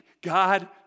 God